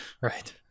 right